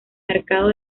mercado